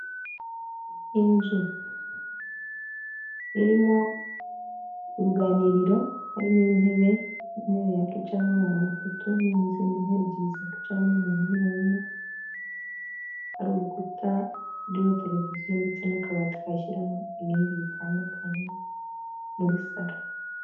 Inzu irimo uruganiriro hari n'intebe, ni intebe yakwiramo abantu batatu n'izindi ntebe ebyiri zakwicaramo umuntu umwe umwe, hari urukuta ruriho televiziyo ndetse n'akabati kashyiramo ibindi bitandukanye muri salo.